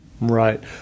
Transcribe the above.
Right